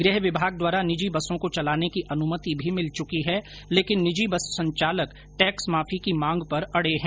गृह विभाग द्वारा निजी बसों को चलाने की अनुमति भी मिल चुकी है लेकिन निजी बस संचालक टैक्स माफी की मांग पर अड़े हैं